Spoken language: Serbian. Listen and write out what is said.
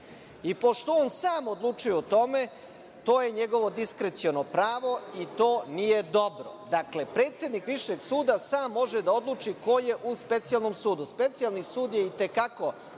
Pošto on sam odlučuje o tome, to je njegovo diskreciono pravo i to nije dobro. Dakle, predsednik Višeg suda može da odluči ko je u Specijalnom sudu. Specijalni sud i te kako